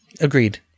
Agreed